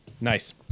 Nice